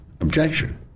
Objection